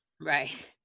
Right